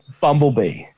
Bumblebee